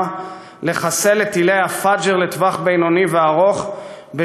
לחסל את טילי ה"פאג'ר" לטווח בינוני וארוך,